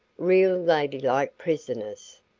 real ladylike prisoners.